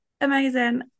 Amazing